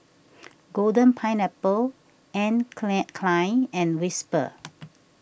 Golden Pineapple Anne Klein and Whisper